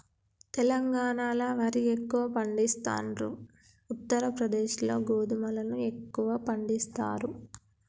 తెలంగాణాల వరి ఎక్కువ పండిస్తాండ్రు, ఉత్తర ప్రదేశ్ లో గోధుమలను ఎక్కువ పండిస్తారు